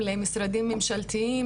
למשרדים ממשלתיים,